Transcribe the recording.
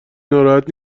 ناراحت